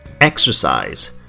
exercise